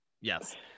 yes